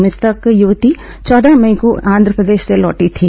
मृतक युवती चौदह मई को आंध्रप्रदेश से लौटी थी